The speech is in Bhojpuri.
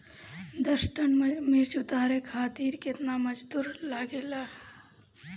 दस टन मिर्च उतारे खातीर केतना मजदुर लागेला?